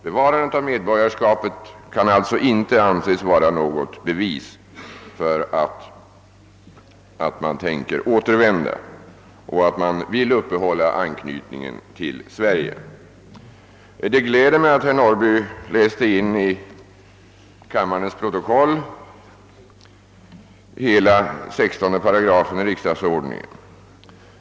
Bevarandet av medborgarskapet kan alltså inte anses vara något bevis för att man ämnar återvända och vill uppehålla anknytningen till Sverige. Det gläder mig att herr Norrby läste in i kammarens protokoll hela § 16 riksdagsordningen.